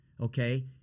okay